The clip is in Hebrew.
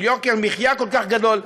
של יוקר מחיה כל כך גדול,